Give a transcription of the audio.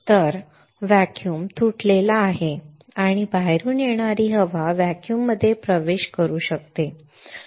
तर व्हॅक्यूम तुटलेला आहे आणि बाहेरून येणारी हवा व्हॅक्यूममध्ये प्रवेश करू शकते बरोबर